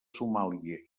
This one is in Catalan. somàlia